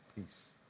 peace